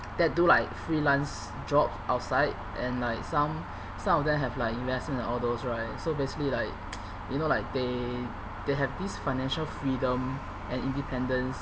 that do like freelance job outside and like some some of them have like investment and all those right so basically like you know like they they have this financial freedom and independence